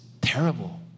terrible